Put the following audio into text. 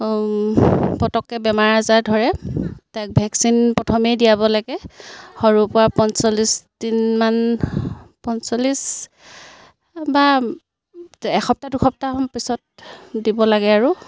পটককৈ বেমাৰ আজাৰ ধৰে তাক ভেকচিন প্ৰথমেই দিয়াব লাগে সৰুৰপৰা পঞ্চল্লিছ দিনমান পঞ্চল্লিছ বা এসপ্তাহ দুসপ্তাহৰ পিছত দিব লাগে আৰু